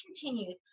continued